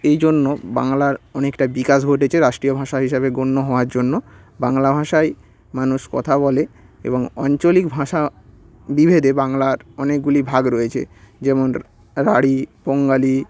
এই জন্য বাংলার অনেকটা বিকাশ ঘটেছে রাষ্ট্রীয় ভাষা হিসাবে গণ্য হওয়ার জন্য বাংলা ভাষায় মানুষ কথা বলে এবং আঞ্চলিক ভাষা বিভেদে বাংলার অনেকগুলি ভাগ রয়েছে যেমন রাঢ়ী বঙ্গালী